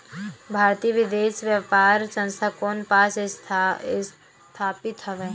भारतीय विदेश व्यापार संस्था कोन पास स्थापित हवएं?